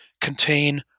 contain